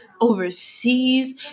overseas